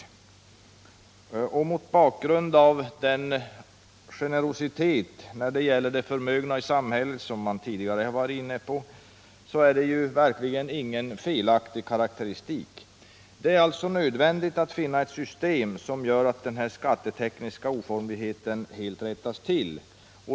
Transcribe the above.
Sett mot den generositet som man visade förmögna i samhället, något som man tidigare varit inne på här i dag, är det verkligen ingen felaktig karakteristik. Det är alltså nödvändigt att finna ett system som gör att denna skattetekniska oformlighet helt rättas till.